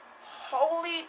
holy